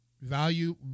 value